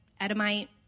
Edomite